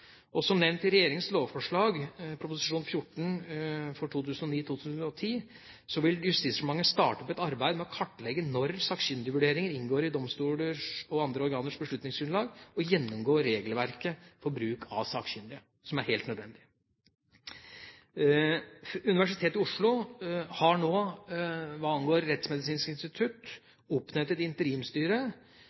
Som nevnt i regjeringas lovforslag Prop. 14 L for 2009–2010 vil Justisdepartementet starte opp et arbeid med å kartlegge når sakkyndigvurderinger inngår i domstolers og andre organers beslutningsgrunnlag og gjennomgå regelverket for bruk av sakkyndige, som er helt nødvendig. Universitetet i Oslo har nå hva angår Rettsmedisinsk institutt,